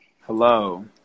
hello